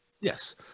Yes